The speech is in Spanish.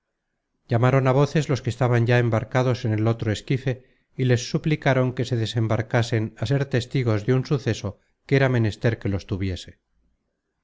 llamaron á voces los que estaban ya embarcados en el otro esquife y les suplicaron que se desembarcasen á ser testigos de un suceso que era menester que los tuviese